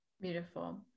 Beautiful